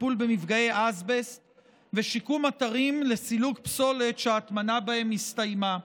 טיפול במפגעי אזבסט ושיקום אתרים לסילוק פסולת שההטמנה בהם הסתיימה.